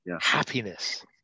happiness